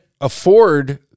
afford